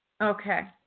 Okay